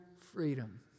freedom